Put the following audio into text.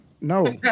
No